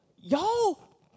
y'all